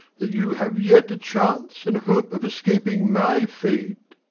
that you have yet a chance and hope of escaping my fate.